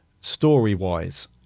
story-wise